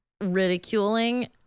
ridiculing